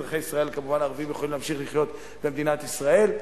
אזרחי ישראל הערבים כמובן יכולים להמשיך לחיות במדינת ישראל,